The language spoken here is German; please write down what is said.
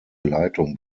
leitung